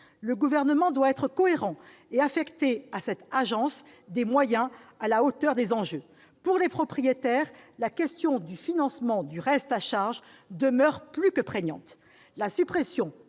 Le Gouvernement doit être cohérent et affecter à cette agence des moyens à la hauteur des enjeux. Pour les propriétaires, la question du financement du reste à charge demeure plus que prégnante.